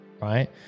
right